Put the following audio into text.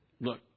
look